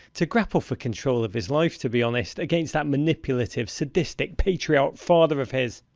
to grapple for control of his life, to be honest, against that manipulative, sadistic, patriarch father of his.